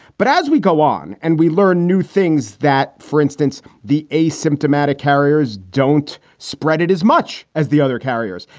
but as we go on and we learn new things that, for instance, the asymptomatic carriers don't spread it as much as the other carriers.